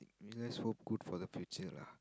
that's for good for the future lah